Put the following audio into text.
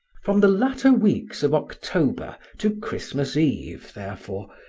from the latter weeks of october to christmas eve, therefore,